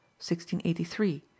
1683